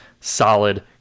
solid